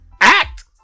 act